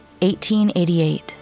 1888